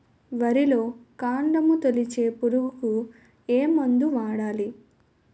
వరిలో కాండము తొలిచే పురుగుకు ఏ మందు వాడాలి?